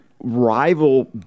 rival